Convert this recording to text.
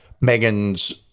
Megan's